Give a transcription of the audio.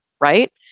right